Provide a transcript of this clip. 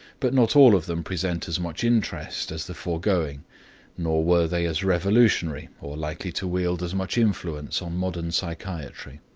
but not all of them present as much interest as the foregoing nor were they as revolutionary or likely to wield as much influence on modern psychiatry.